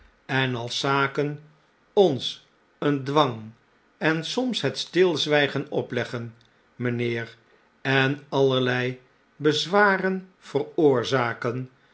ep als zaken ons een dwang en soms het stilzwijgen opleggen mijnlieer en allerlei bezwaren veroorzaken